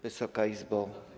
Wysoka Izbo!